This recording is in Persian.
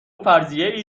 فرضیهای